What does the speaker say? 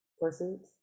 pursuits